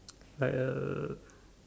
like uh